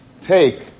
take